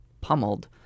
pummeled